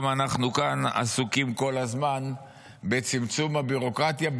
גם אנחנו כאן עסוקים כל הזמן בצמצום הביורוקרטיה,